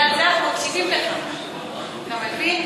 בגלל זה אנחנו מקשיבים לך, אתה מבין?